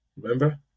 Remember